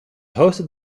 hosted